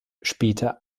später